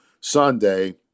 Sunday